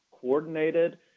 coordinated